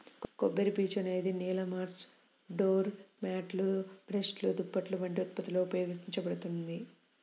కొబ్బరిపీచు అనేది నేల మాట్స్, డోర్ మ్యాట్లు, బ్రష్లు, దుప్పట్లు వంటి ఉత్పత్తులలో ఉపయోగించబడుతుంది